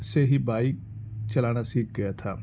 سے ہی بائیک چلانا سیکھ گیا تھا